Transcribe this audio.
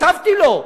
כתבתי לו.